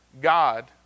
God